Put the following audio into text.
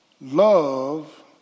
Love